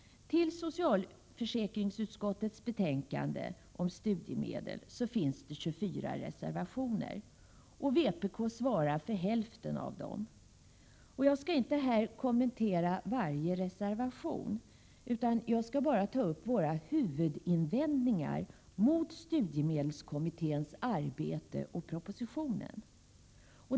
vationer fogats. Vi i vpk svarar för hälften av dessa. Jag skall inte här kommentera varje reservation, utan jag skall bara ange våra huvudinvändningar mot studiemedelskommitténs arbete och mot propositionen.